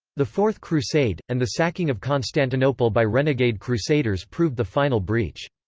the fourth crusade, and the sacking of constantinople by renegade crusaders proved the final breach.